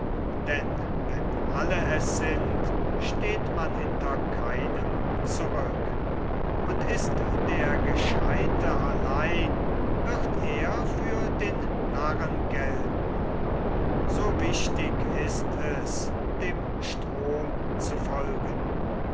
denn wenn alle es sind steht man hinter keinem zurück und ist der gescheute allein wird er für den narren gelten so wichtig ist es dem strohm zu folgen